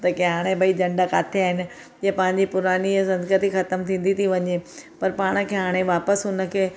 त की हाणे भाई जंड किथे आहिनि जीअं पंहिंजी पुराणी हीअ संस्कृति ख़तमु थींदी थी वञे पर पाण खे हाणे वापसि हुन खे